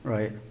Right